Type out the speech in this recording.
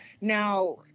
Now